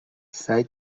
سعی